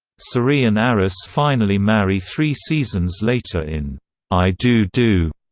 cerie and aris finally marry three seasons later in i do do,